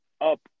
up